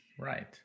Right